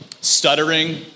stuttering